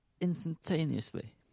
instantaneously